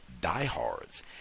diehards